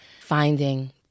finding